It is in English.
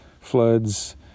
floods